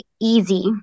easy